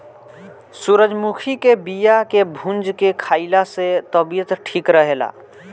सूरजमुखी के बिया के भूंज के खाइला से तबियत ठीक रहेला